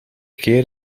keer